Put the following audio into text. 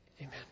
Amen